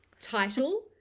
title